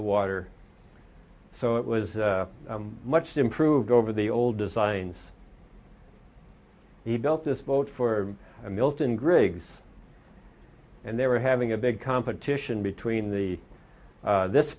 the water so it was much improved over the old designs he built this boat for a milton griggs and they were having a big competition between the this